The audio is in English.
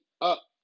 up